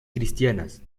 cristianas